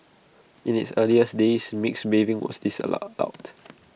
in its earlier days mixed bathing was disallow loud